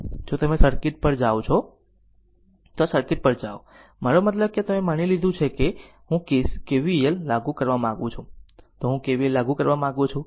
જો તમે આ સર્કિટ પર જાઓ છો તો આ સર્કિટ પર જાઓ મારો મતલબ કે જો તમે માની લો કે હું KVL લાગુ કરવા માંગુ છું તો હું KVL લાગુ કરવા માંગું છું